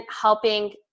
helping